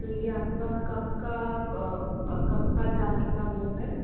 तो ये आपका कब का कब का जाने का वो है